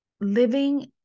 living